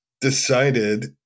decided